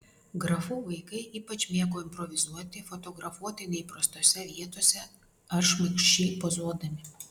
grafų vaikai ypač mėgo improvizuoti fotografuoti neįprastose vietose ar šmaikščiai pozuodami